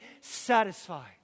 satisfied